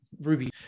ruby